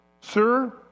sir